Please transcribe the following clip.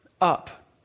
up